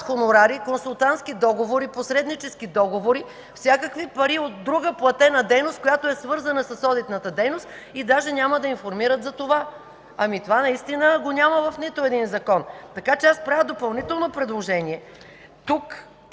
хонорари, консултантски договори, посреднически договори, всякакви пари от друга платена дейност, която е свързана с одитната дейност, и даже няма да информират за това. Това наистина го няма в нито един закон. Правя допълнително предложение